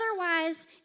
otherwise